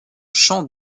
champ